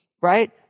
right